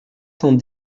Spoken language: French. cent